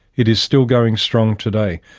it is still going strong today,